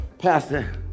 Pastor